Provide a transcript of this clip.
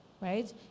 Right